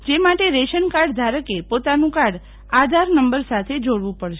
જે માટે ration card ધારકે પોતાનું કાર્ડ આધાર નબર સાથે જોડવું પડશે